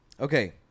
Okay